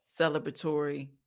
celebratory